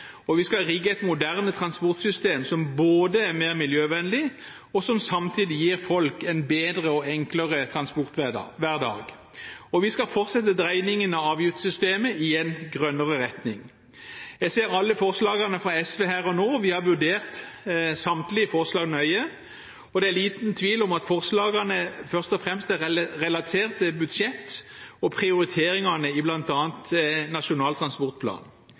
og vi skal rigge et moderne transportsystem som både er mer miljøvennlig og samtidig gir folk en bedre og enklere transporthverdag. Og vi skal fortsette dreiningen av avgiftssystemet i en grønnere retning. Jeg ser alle forslagene fra SV her og nå. Vi har vurdert samtlige forslag nøye, og det er liten tvil om at forslagene først og fremst er relatert til budsjett og prioriteringene i bl.a. Nasjonal transportplan.